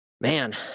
Man